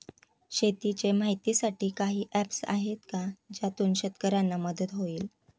शेतीचे माहितीसाठी काही ऍप्स आहेत का ज्यातून शेतकऱ्यांना मदत होईल?